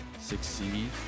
succeed